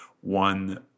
one